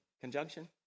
Conjunction